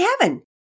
heaven